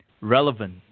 relevant